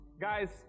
Guys